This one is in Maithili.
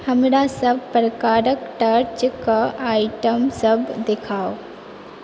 हमरा सभ प्रकारके टॉर्चके आइटमसभ देखाउ